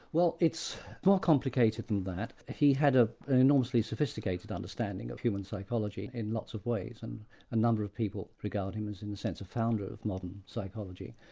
well it's more complicated than that. he had ah an enormously sophisticated understanding of human psychology in lots of ways, and a number of people regard him as in a sense, a founder of modern psychology.